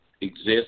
exist